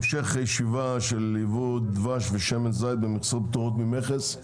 הנושא היום הוא המשך הישיבה על יבוא דבש ושמן זית במכסות פטורות ממכס.